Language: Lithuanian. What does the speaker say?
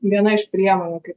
viena iš priemonių kaip